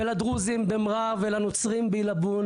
ולדרוזים במע'אר ולנוצרים בעילבון